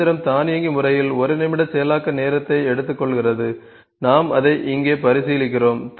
இயந்திரம் தானியங்கி முறையில் 1 நிமிட செயலாக்க நேரத்தை எடுத்துக்கொள்கிறது நாம் அதை இங்கே பரிசீலிக்கிறோம்